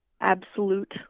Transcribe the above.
absolute